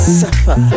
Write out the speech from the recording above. suffer